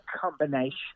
combination